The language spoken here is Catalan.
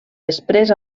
després